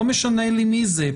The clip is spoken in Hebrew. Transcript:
לא משנה לי מי זה,